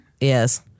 Yes